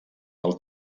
del